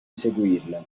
seguirla